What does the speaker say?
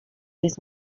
this